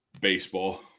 baseball